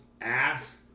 ass